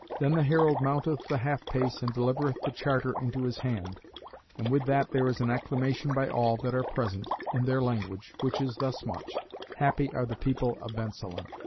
then the herald mounteth the half-pace and delivereth the charter into his hand and with that there is an acclamation by all that are present in their language, which is thus much happy are the people of bensalem.